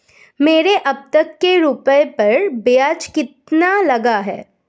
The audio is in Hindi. मेरे अब तक के रुपयों पर ब्याज कितना लगा है?